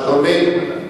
אדוני,